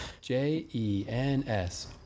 J-E-N-S